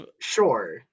sure